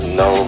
no